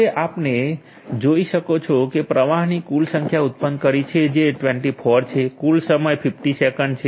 હવે આપણે જોઈ શકો છો આપણે પ્રવાહની કુલ સંખ્યા ઉત્પન્ન કરી છે જે 24 છે કુલ સમય 50 સેકંડ છે